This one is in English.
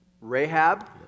Rahab